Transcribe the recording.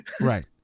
Right